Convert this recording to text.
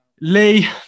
Lee